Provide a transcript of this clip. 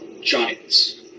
giants